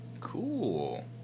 cool